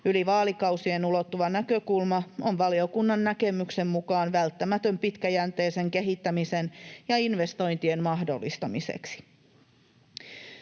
Yli vaalikausien ulottuva näkökulma on valiokunnan näkemyksen mukaan välttämätön pitkäjänteisen kehittämisen ja investointien mahdollistamiseksi.